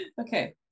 Okay